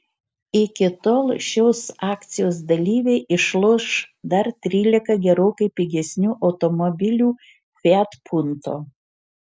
iki tol šios akcijos dalyviai išloš dar trylika gerokai pigesnių automobilių fiat punto